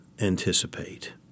anticipate